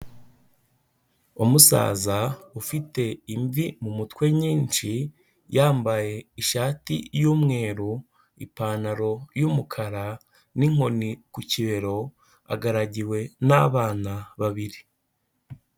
Umusaza ufite imvi mu mutwe nyinshi, yambaye ishati y'umweru, ipantaro y'umukara n'inkoni ku kibero, agaragiwe n'abana babiri.